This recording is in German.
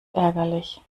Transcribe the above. ärgerlich